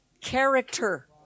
character